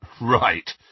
Right